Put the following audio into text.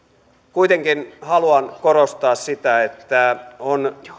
kuitenkin haluan korostaa sitä että on